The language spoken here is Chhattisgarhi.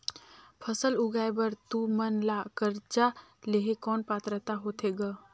फसल उगाय बर तू मन ला कर्जा लेहे कौन पात्रता होथे ग?